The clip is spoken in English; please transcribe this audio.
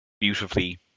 beautifully